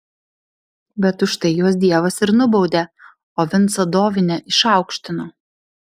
bet už tai juos dievas ir nubaudė o vincą dovinę išaukštino